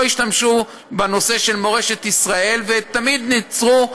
לא השתמשו בנושא של מורשת ישראל ותמיד נעצרו,